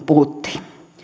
puhuttiin